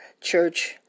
church